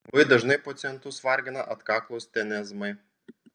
labai dažnai pacientus vargina atkaklūs tenezmai